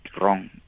wrong